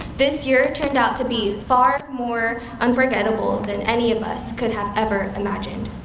this year turned out to be far more unforgettable than any of us could have ever imagined.